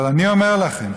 אבל אני אומר לכם,